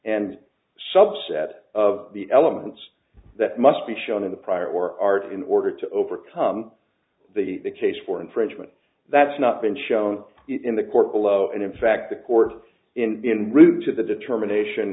and subset of the elements that must be shown in the prior or art in order to overcome the case for infringement that's not been shown in the court below and in fact the court in route to the determination